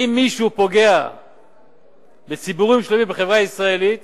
אם מישהו פוגע בציבורים שלמים בחברה הישראלית,